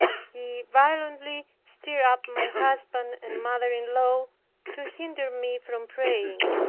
he violently stirred up my husband and mother-in-law to hinder me from praying.